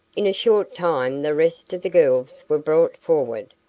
in a short time the rest of the girls were brought forward,